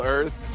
Earth